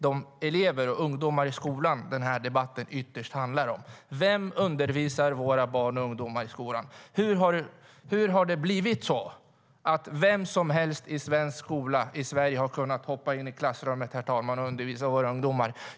Det är elever och ungdomar i skolan som den här debatten ytterst handlar om: Vilka undervisar våra barn och ungdomar i skolan? Hur har det blivit så att vem som helst har kunnat hoppa in i svenska klassrum för att undervisa våra ungdomar?